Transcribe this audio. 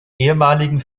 ehemaligen